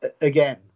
again